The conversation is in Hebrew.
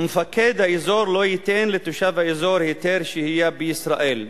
ומפקד האזור לא ייתן לתושב האזור היתר שהייה בישראל".